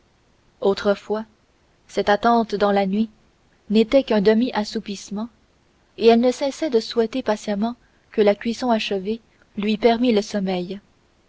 autrefois cette attente dans la nuit n'était qu'un demi assoupissement et elle ne cessait de souhaiter patiemment que la cuisson achevée lui permît le sommeil